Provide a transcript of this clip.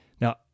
Now